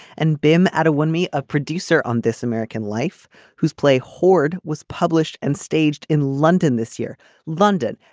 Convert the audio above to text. and beam out of one me a producer on this american life whose play hoard was published and staged in london this year london.